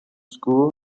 school